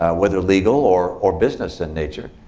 ah whether legal or or business in nature,